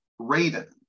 Raiden